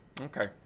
Okay